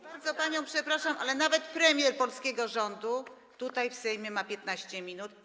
Bardzo panią przepraszam, ale nawet premier polskiego rządu tutaj w Sejmie ma 15 minut.